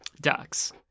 ducks